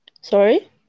Sorry